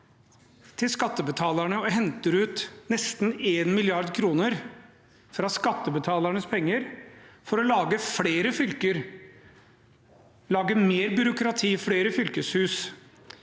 til skattebetalerne og henter ut nesten 1 mrd. kr fra skattebetalernes penger for å lage flere fylker, mer byråkrati, flere fylkeshus,